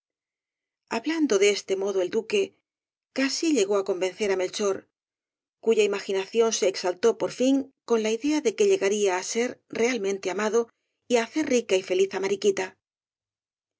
hablando de este modo el duque casi llegó á convencer á melchor cuya imaginación se exaltó por fin con la idea de que llegaría á ser realmente amado y á hacer rica y feliz á mariquita